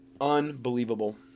Unbelievable